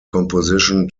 composition